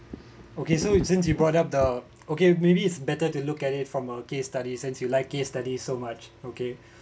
okay so since you brought up the okay maybe it's better to look at it from a case study since you like case study so much okay